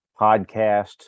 podcast